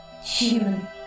human